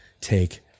take